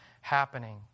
happening